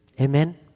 Amen